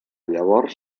llavors